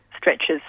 stretches